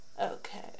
okay